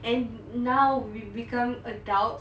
and now we become adults